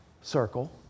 circle